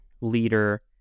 leader